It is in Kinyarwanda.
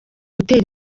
gutera